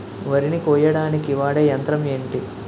వరి ని కోయడానికి వాడే యంత్రం ఏంటి?